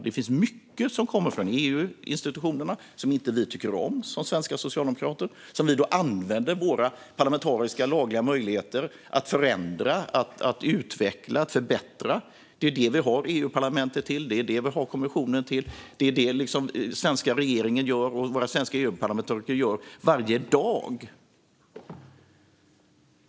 Det finns mycket som kommer från EU-institutionerna som vi som svenska socialdemokrater inte tycker om. Vi använder då våra lagliga parlamentariska möjligheter att förändra, utveckla och förbättra. Det är det vi har EU-parlamentet och kommissionen till. Det är detta den svenska regeringen och våra svenska EU-parlamentariker gör varje dag.